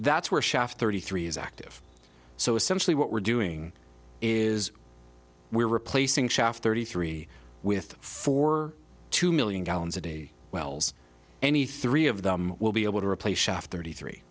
that's where shaft thirty three is active so essentially what we're doing is we're replacing shaft thirty three with four two million gallons a day wells any three of them will be able to replace shaft thirty three